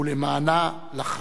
ולמענה לחם.